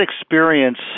experience